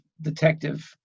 detective